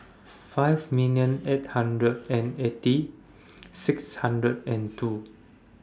five million eight hundred and eighty six hundred and two